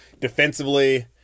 Defensively